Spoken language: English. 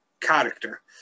character